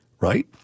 right